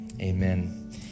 Amen